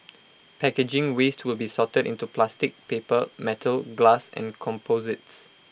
packaging waste will be sorted into plastic paper metal glass and composites